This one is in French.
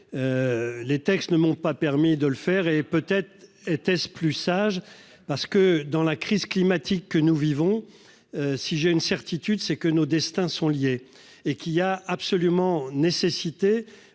Les textes ne m'ont pas permis de le faire et peut-être était-ce plus sage parce que dans la crise climatique que nous vivons. Si j'ai une certitude, c'est que nos destins sont liés et qu'il a absolument nécessité